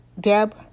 deb